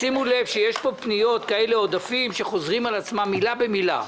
שימו לב שיש כאן פניות לגבי עודפים שחוזרות על עצמן מילה במילה.